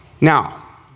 Now